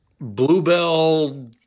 bluebell